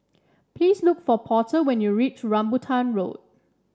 please look for Porter when you reach Rambutan Road